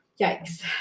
Yikes